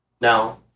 Now